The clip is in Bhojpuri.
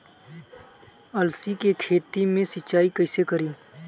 अलसी के खेती मे सिचाई कइसे करी?